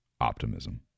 optimism